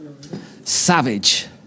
Savage